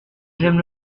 j’aime